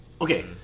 Okay